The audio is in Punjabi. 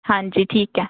ਹਾਂਜੀ ਠੀਕ ਹੈ